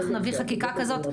אנחנו נעביר חקיקה כזאת,